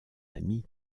ami